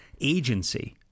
agency